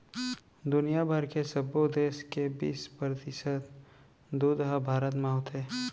दुनिया भर के सबो देस के बीस परतिसत दूद ह भारत म होथे